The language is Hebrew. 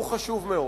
והוא חשוב מאוד,